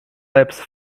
lapse